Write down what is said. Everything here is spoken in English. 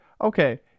okay